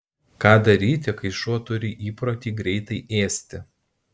ką daryti kai šuo turi įprotį greitai ėsti